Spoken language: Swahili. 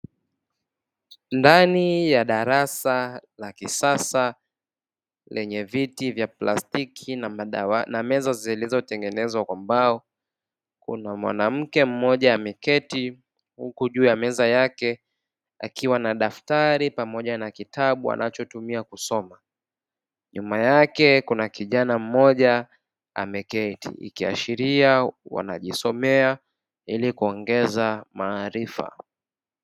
Ndani ya darasa la kisasa lenye viti vya plastiki na meza zilizotengenezwa kwa mbao, kuna mwanamke mmoja aliyeketi juu ya meza yake akiwa na daftari pamoja na kitabu anachotumia kusoma; nyuma yake kuna kijana mmoja aliyeketi, ikiashiria kwamba wanajisomea ili kuongeza maarifa.